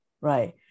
right